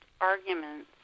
arguments